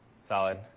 Solid